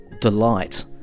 delight